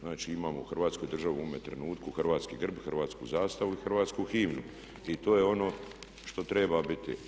Znači, imamo Hrvatsku državu u ovome trenutku, hrvatski grb, hrvatsku zastavu i hrvatsku himnu i to je ono što treba biti.